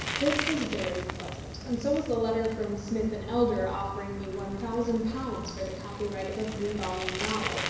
this was very pleasant, and so was the letter from smith and elder offering me one thousand pounds for the copyright of a three-volume novel,